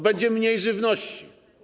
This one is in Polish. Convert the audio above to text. Będzie mniej żywności.